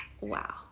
wow